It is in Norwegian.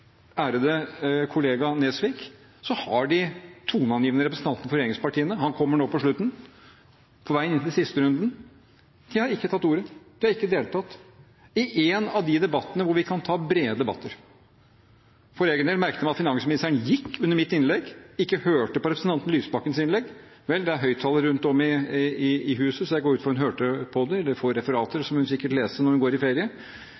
ærede kollega Nesvik – han kommer nå på slutten, på vei inn til sisterunden – har de toneangivende representantene for regjeringspartiene ikke tatt ordet. De har ikke deltatt i én av de debattene der vi kan ha brede diskusjoner. For egen del merket jeg meg at finansministeren gikk under mitt innlegg og ikke hørte på representanten Lysbakkens innlegg. Vel, det er høyttalere rundt om i huset, så jeg går ut fra at hun hørte på det eller får referater, som hun sikkert leser når hun går i ferie.